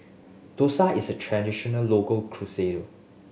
dosa is a traditional local cuisine